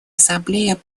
ассамблея